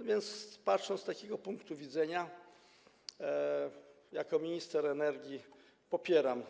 A więc patrząc z takiego punktu widzenia, jako minister energii popieram